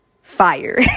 Fire